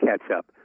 catch-up